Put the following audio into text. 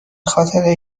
خاطر